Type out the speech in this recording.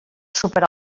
superar